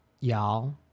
y'all